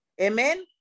Amen